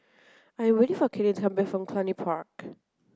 I waiting for Kaylynn to come back from Cluny Park